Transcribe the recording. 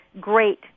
great